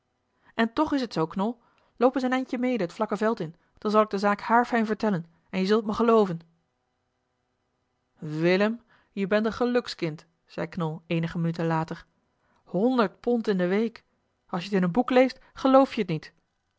en toch is het zoo knol loop eens een eindje mede het vlakke veld in dan zal ik de zaak haarfijn vertellen en je zult me gelooven willem je bent een gelukskind zei knol eenige minuten later honderd pond in de week als je t in een boek leest geloof jehet niet